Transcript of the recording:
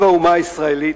לב האומה הישראלית,